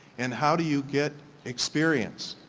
and how do you get experience?